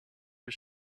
his